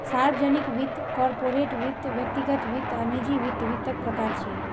सार्वजनिक वित्त, कॉरपोरेट वित्त, व्यक्तिगत वित्त आ निजी वित्त वित्तक प्रकार छियै